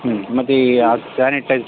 ಹ್ಞ್ ಮತ್ತೆ ಆ ಸ್ಯಾನಿಟೈಝ್